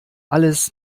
alles